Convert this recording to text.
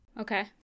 Okay